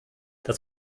das